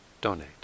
donate